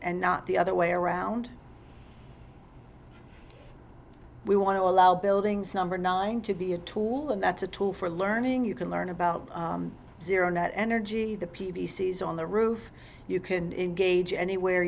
and not the other way around we want to allow buildings number nine to be a tool and that's a tool for learning you can learn about zero net energy the p v c s on the roof you can engage anywhere